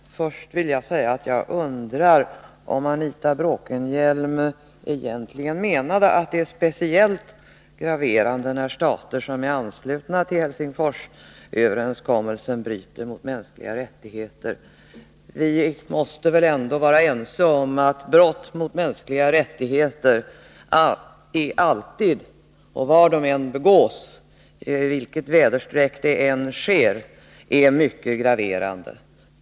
Herr talman! Först vill jag säga att jag undrar om Anita Bråkenhielm egentligen menade att det är speciellt graverande när stater som är anslutna till Helsingforsöverenskommelsen bryter mot mänskliga rättigheter. Vi måste väl ändå vara ense om att brott mot mänskliga rättigheter alltid och var de än begås, i vilket väderstreck det än sker, är mycket graverande.